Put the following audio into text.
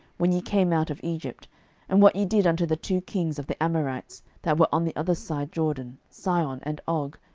when ye came out of egypt and what ye did unto the two kings of the amorites, that were on the other side jordan, sihon and og,